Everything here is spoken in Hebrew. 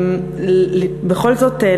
בכל זאת,